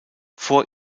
vor